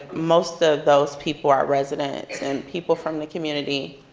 most of those people are residents and people from the community.